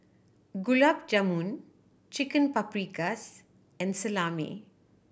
Gulab Jamun Chicken Paprikas and Salami